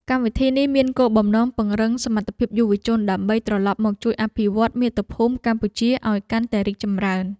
កម្មវិធីនេះមានគោលបំណងពង្រឹងសមត្ថភាពយុវជន ដើម្បីត្រឡប់មកជួយអភិវឌ្ឍមាតុភូមិកម្ពុជាវិញឱ្យកាន់តែរីកចម្រើន។